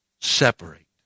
separate